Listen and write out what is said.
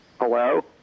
Hello